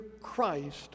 Christ